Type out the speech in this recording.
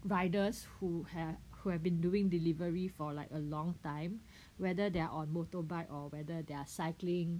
riders who had who have been doing delivery for like a long time whether they are on motorbike or whether they are cycling